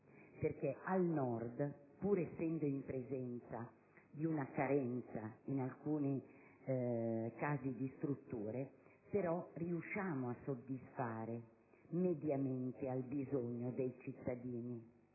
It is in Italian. Paese. Al Nord, pur essendo in presenza di una carenza, in alcuni casi, di strutture, riusciamo però a soddisfare mediamente al bisogno di cittadini